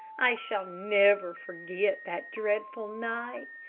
i shall never forget that dreadful night.